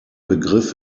begriff